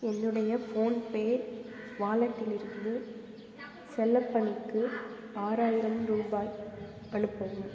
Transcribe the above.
என்னுடைய ஃபோன்பே வாலட்டில் இருந்து செல்லப்பனுக்கு ஆறாயிரம் ரூபாய் அனுப்பவும்